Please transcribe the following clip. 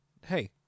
hey